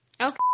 Okay